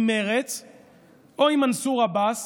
עם מרצ או עם מנסור עבאס,